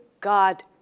God